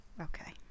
Okay